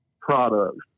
products